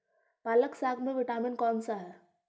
पालक साग में विटामिन कौन सा है?